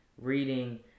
reading